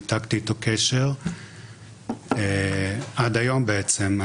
ניתקתי איתו קשר עד היום בעצם.